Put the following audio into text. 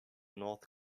north